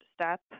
step